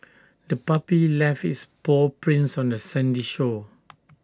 the puppy left its paw prints on the sandy shore